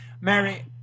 Mary